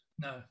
No